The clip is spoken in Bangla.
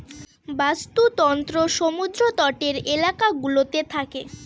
বাস্তুতন্ত্র সমুদ্র তটের এলাকা গুলোতে থাকে